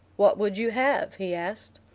what would you have? he asked.